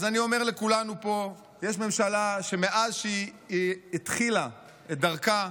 אז אני אומר לכולנו פה: יש ממשלה שמאז שהיא התחילה את דרכה,